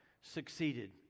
succeeded